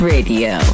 Radio